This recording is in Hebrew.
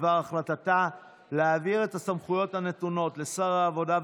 בדבר החלטתה להעביר את הסמכויות הנתונות לשר העבודה,